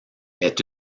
est